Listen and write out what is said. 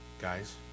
guys